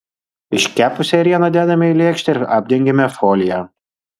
iškepusią ėrieną dedame į lėkštę ir apdengiame folija